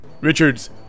Richards